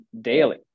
daily